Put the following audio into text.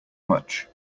much